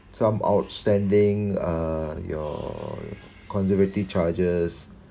some outstanding uh your conservative charges